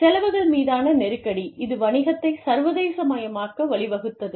செலவுகள் மீதான நெருக்கடி இது வணிகத்தை சர்வதேசமயமாக்க வழிவகுத்தது